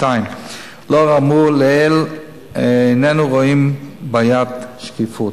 2. לאור האמור לעיל, איננו רואים בעיית שקיפות.